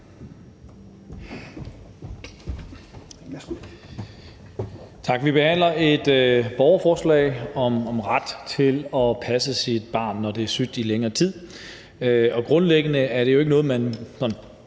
Tak. Vi behandler et borgerforslag om ret til at passe ens barn, når det er sygt i længere tid, og grundlæggende er det jo ikke noget, man